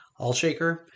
Allshaker